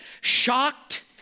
shocked